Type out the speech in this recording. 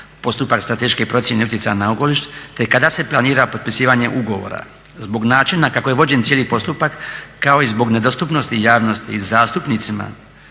postupak strateške procjene utjecaja na okoliš, te kada se planira potpisivanje ugovora zbog načina kako je vođen cijeli postupak kao i zbog nedostupnosti javnosti i zastupnicima